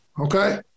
Okay